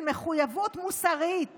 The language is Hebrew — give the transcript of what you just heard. של מחויבות מוסרית